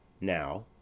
now